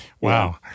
Wow